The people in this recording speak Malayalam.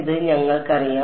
ഇത് ഞങ്ങൾക്കറിയാം